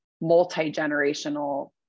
multi-generational